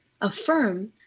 affirm